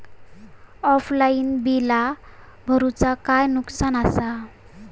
Offline बिला भरूचा काय नुकसान आसा?